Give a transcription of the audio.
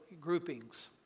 groupings